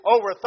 Over